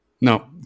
No